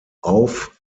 auf